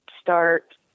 start